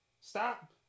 stop